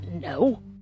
No